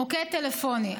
מוקד טלפוני,